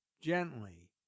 Gently